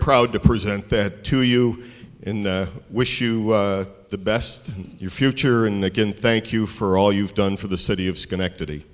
proud to present that to you in wish you the best your future and again thank you for all you've done for the city of schenectady